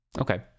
Okay